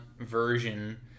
version